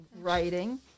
writing